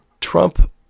Trump